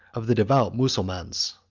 of the devout mussulmans.